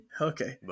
Okay